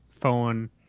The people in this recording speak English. phone